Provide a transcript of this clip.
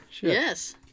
Yes